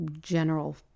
general